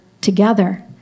together